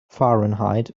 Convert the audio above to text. fahrenheit